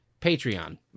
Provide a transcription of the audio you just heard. Patreon